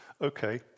Okay